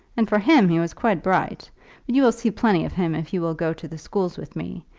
and for him he was quite bright. but you will see plenty of him if you will go to the schools with me.